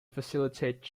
facilitate